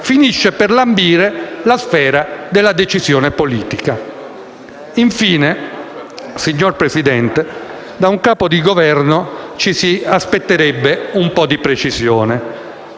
finisce per lambire la sfera della decisione politica. Infine, signor Presidente del Consiglio, da un Capo di Governo ci si aspetterebbe almeno un po' di precisione.